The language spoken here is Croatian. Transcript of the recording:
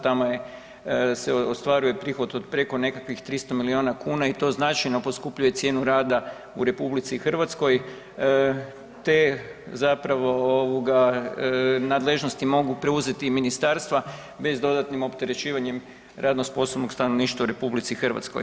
Tamo se ostvaruje prihod od preko nekakvih 300 milijuna kuna i to značajno poskupljuje cijenu rada u RH te zapravo nadležnosti mogu preuzeti ministarstva bez dodatnim opterećivanjem radno sposobnog stanovništva u RH.